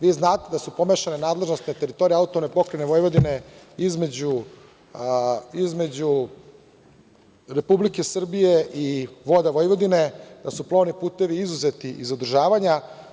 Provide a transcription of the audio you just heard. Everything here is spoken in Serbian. Vi znate da su pomešane nadležnosti na teritoriji AP Vojvodine između Republike Srbije i Voda Vojvodine, da su plovni putevi izuzeti iz održavanja.